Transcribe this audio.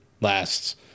lasts